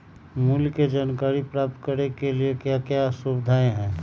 मूल्य के जानकारी प्राप्त करने के लिए क्या क्या सुविधाएं है?